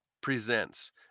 presents